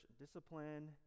discipline